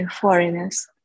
foreigners